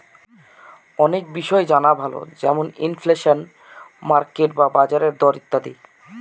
অনেক বিষয় জানা ভালো যেমন ইনফ্লেশন, মার্কেট বা বাজারের দর ইত্যাদি